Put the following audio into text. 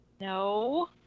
no